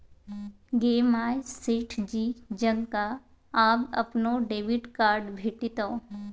गे माय सेठ जी जकां आब अपनो डेबिट कार्ड भेटितौ